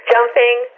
Jumping